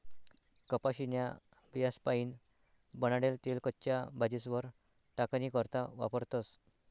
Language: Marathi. कपाशीन्या बियास्पाईन बनाडेल तेल कच्च्या भाजीस्वर टाकानी करता वापरतस